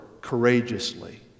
courageously